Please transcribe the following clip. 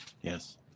Yes